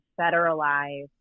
federalize